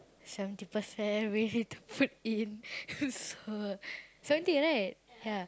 seventy percent really to put in so seventy right